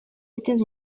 états